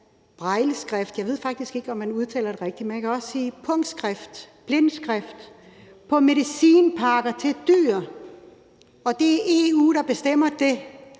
Brailleskrift - jeg ved faktisk ikke, om jeg udtaler det rigtigt, men jeg kan også sige: punktskrift, blindskrift – på medicinpakninger til dyr. Det er EU, der bestemmer det,